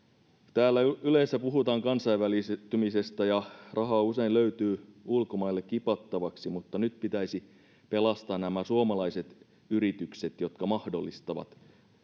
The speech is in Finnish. täällä yleensä puhutaan kansainvälistymisestä ja rahaa usein löytyy ulkomaille kipattavaksi mutta nyt pitäisi pelastaa nämä suomalaiset yritykset jotka mahdollistavat